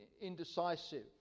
indecisive